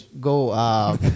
go